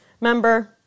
member